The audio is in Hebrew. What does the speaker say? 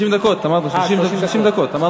30 דקות, אמרתי לך.